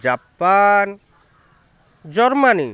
Japan Germany